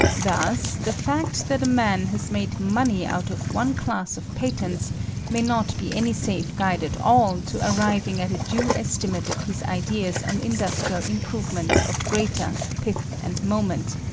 thus the fact that a man has made money out of one class of patents may not be any safe guide at all to arriving at a due estimate of his ideas on industrial improvements of greater pith and moment,